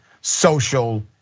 social